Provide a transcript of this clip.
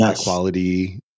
quality